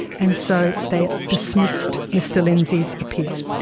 and so they dismissed mr lindsay's appeal.